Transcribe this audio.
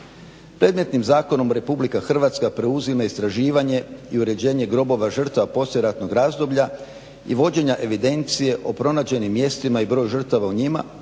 Predmetnim zakonom RH preuzima istraživanje i uređivanje grobova žrtava poslijeratnog razdoblja i vođenja evidencije o pronađenim mjestima i broju žrtava u njima